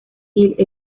hill